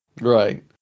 Right